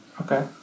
okay